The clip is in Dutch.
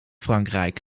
frankrijk